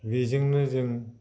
बेजोंनो जों